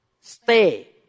stay